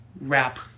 rap